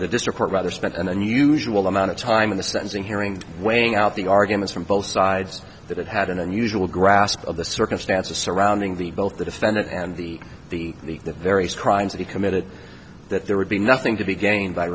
the district court rather spent an unusual amount of time in the sentencing hearing weighing out the arguments from both sides that it had an unusual grasp of the circumstances surrounding the both the defendant and the the the very surprised that he committed that there would be nothing to be gained by